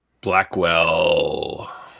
blackwell